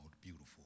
Beautiful